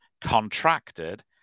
contracted